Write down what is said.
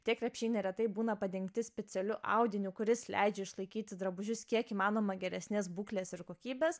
tie krepšiai neretai būna padengti specialiu audiniu kuris leidžia išlaikyti drabužius kiek įmanoma geresnės būklės ir kokybės